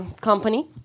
company